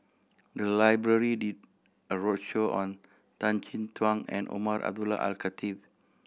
the library did a roadshow on Tan Chin Tuan and Umar Abdullah Al Khatib